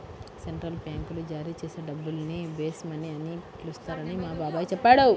central బ్యాంకులు జారీ చేసే డబ్బుల్ని బేస్ మనీ అని పిలుస్తారని మా బాబాయి చెప్పాడు